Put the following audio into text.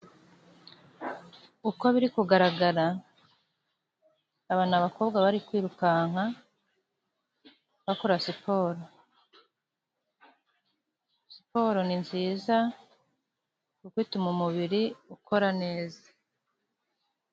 Uko biri kugaragara aba ni abakobwa bari kwirukanka bakora siporo, siporo ni nziza kuko ituma umubiri ukora neza.